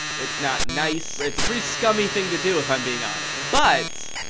it's not nice. it's a pretty scummy thing to do if i'm being honest. but,